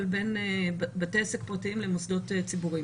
בין בתי עסק פרטיים לבין מוסדות ציבוריים.